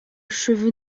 cheveu